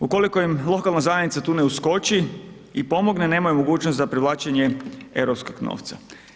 Ukoliko im lokalna zajednica tu ne uskoči i pomogne, nemaju mogućnost za povlačenje europskog novca.